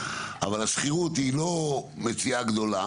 אבל השכירות היא לא מציאה גדולה,